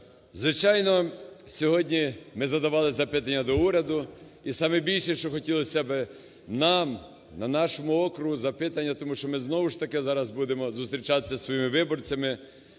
Звичайно, сьогодні ми задавали запитання до уряду. І саме більше, що хотілося би нам на нашому округу запитання, тому що ми, знову ж таки, зараз будемо зустрічатися зі своїми виборцями,